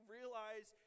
realize